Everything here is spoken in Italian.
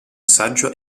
saggio